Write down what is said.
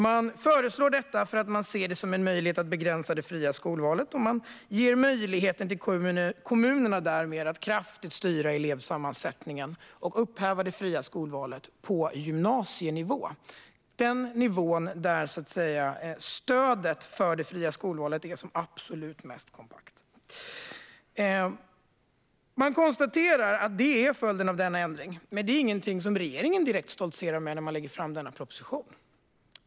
Man föreslår detta för att man ser det som en möjlighet att begränsa det fria skolvalet och därmed ge kommunerna möjlighet att kraftigt styra elevsammansättningen och upphäva det fria skolvalet på gymnasienivå - den nivå där stödet för det fria skolvalet är som absolut mest kompakt. Man konstaterar att det blir följden av denna ändring, men det är inget som regeringen direkt stoltserar med när den lägger fram propositionen.